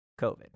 COVID